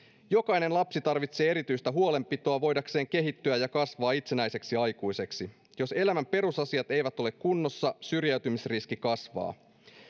jokainen lapsi tarvitsee erityistä huolenpitoa voidakseen kehittyä ja kasvaa itsenäiseksi aikuiseksi jos elämän perusasiat eivät ole kunnossa syrjäytymisriski kasvaa